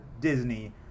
Disney